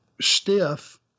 Stiff